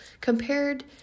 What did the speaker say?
compared